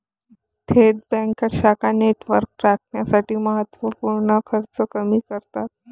थेट बँका शाखा नेटवर्क राखण्यासाठी महत्त्व पूर्ण खर्च कमी करतात